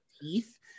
teeth